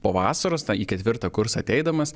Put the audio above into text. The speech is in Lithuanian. po vasaros į ketvirtą kursą ateidamas